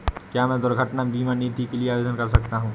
क्या मैं दुर्घटना बीमा नीति के लिए आवेदन कर सकता हूँ?